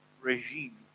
regime